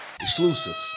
exclusive